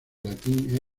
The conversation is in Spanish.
latín